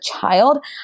child